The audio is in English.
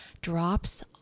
drops